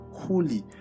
holy